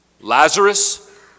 Lazarus